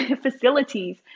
facilities